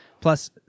Plus